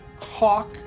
hawk